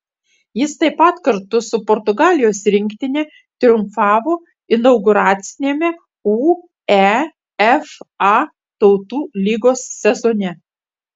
jis taip pat kartu su portugalijos rinktine triumfavo inauguraciniame uefa tautų lygos sezone